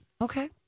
Okay